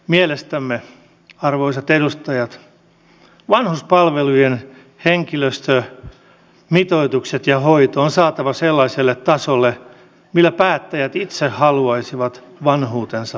mielestämme arvoisat edustajat vanhuspalvelujen henkilöstömitoitukset ja hoito on saatava sellaiselle tasolle millä päättäjät itse haluaisivat vanhuutensa viettää